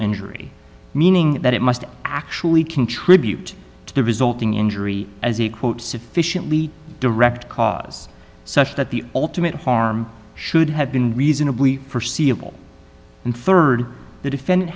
injury meaning that it must actually contribute to the resulting injury as he quote sufficiently direct cause such that the ultimate harm should have been reasonably forseeable and rd the defendant